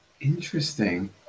interesting